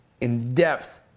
in-depth